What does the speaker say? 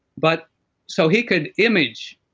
but so he could image,